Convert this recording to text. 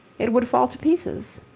it would fall to pieces.